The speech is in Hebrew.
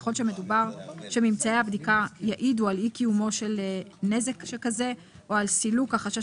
ככל שממצאי הבדיקה יעידו על אי קיומו של נזק כזה או על סילוק החשש